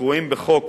הקרויים בחוק